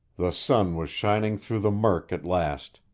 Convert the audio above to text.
the sun was shining through the murk at last,